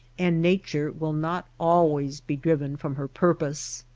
and nature will not always be driven from her purpose.